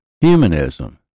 humanism